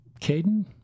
Caden